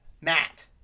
Matt